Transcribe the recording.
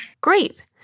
Great